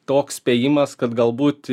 toks spėjimas kad galbūt